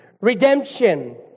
redemption